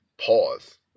Pause